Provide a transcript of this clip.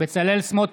בצלאל סמוטריץ'